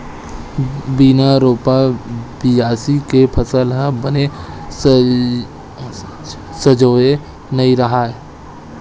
बिन रोपा, बियासी के फसल ह बने सजोवय नइ रहय